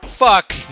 Fuck